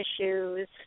issues